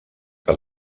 que